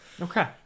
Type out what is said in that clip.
okay